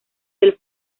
del